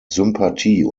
sympathie